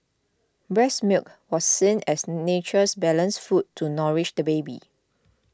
breast milk was seen as nature's balanced food to nourish the baby